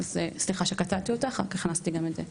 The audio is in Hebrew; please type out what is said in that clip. אז סליחה שקטעתי אותך, רק הכנסתי גם את זה.